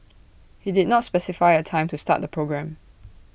IT did not specify A time to start the programme